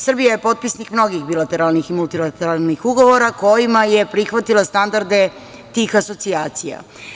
Srbija je potpisnik mnogih bilateralnih u multilateralnih ugovora kojima je prihvatila standarde tih asocijacija.